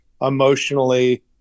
emotionally